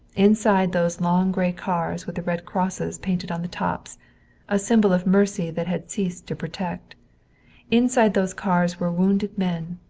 inside those long gray cars with the red crosses painted on the tops a symbol of mercy that had ceased to protect inside those cars were wounded men,